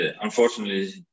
Unfortunately